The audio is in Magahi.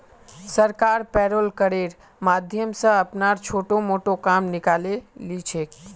सरकार पेरोल करेर माध्यम स अपनार छोटो मोटो काम निकाले ली छेक